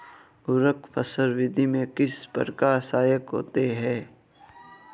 उर्वरक फसल वृद्धि में किस प्रकार सहायक होते हैं?